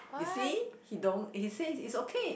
you see he don't he said is okay